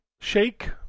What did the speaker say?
Shake